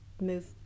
move